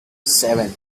seven